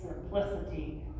simplicity